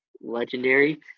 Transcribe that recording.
legendary